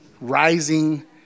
rising